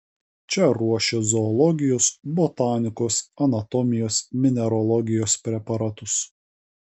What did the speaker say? čia ruošė zoologijos botanikos anatomijos mineralogijos preparatus